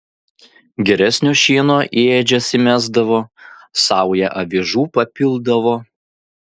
geresnio šieno į ėdžias įmesdavo saują avižų papildavo